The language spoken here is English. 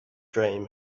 dream